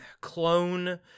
clone